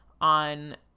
on